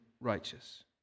righteous